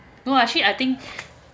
no actually I think